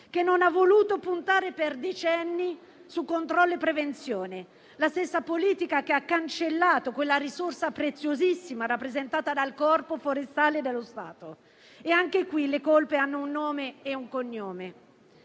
che non ha voluto puntare per decenni su controllo e prevenzione; la stessa politica che ha cancellato quella risorsa preziosissima rappresentata dal Corpo forestale dello Stato (e anche qui le colpe hanno un nome e un cognome).